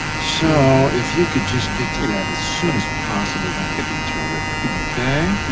so if you could just get to that as soon as possible that would be terrific, ok?